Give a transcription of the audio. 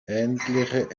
ähnliche